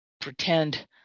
pretend